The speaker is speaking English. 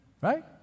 Right